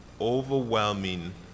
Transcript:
Overwhelming